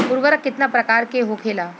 उर्वरक कितना प्रकार के होखेला?